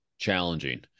challenging